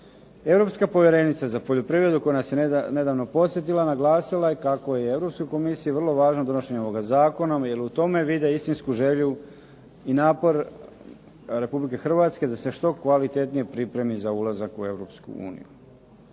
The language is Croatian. Europska povjerenica za poljoprivredu koja nas je nedavno posjetila naglasila je kako je europskoj komisiji vrlo važno donošenje ovoga zakona jer u tome vide istinsku želju i napor Republike Hrvatske da se što kvalitetnije pripremi za ulazak u